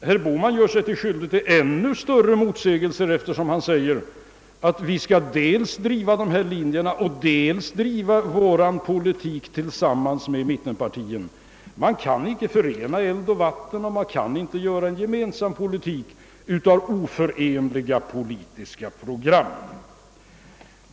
Herr Bohman gör sig skyldig till en ännu större motsägelse, eftersom han säger att högern dels skall driva dessa linjer, dels föra en politik tillsammans med mittenpartierna. Man kan inte förena eld och vatten, och man kan inte göra en gemensam politik av oförenliga politiska program.